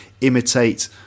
imitate